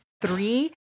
three